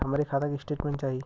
हमरे खाता के स्टेटमेंट चाही?